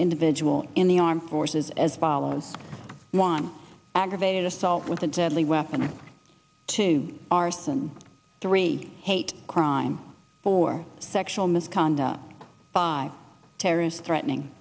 individual in the armed forces as follows one aggravated assault with a deadly weapon two arson three hate crime for sexual misconduct by terrorists threatening